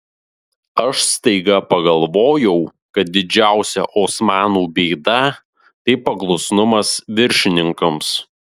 aš staiga pagalvojau kad didžiausia osmanų bėda tai paklusnumas viršininkams